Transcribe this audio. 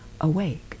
awake